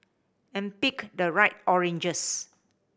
and pick the right oranges